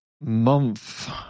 Month